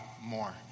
more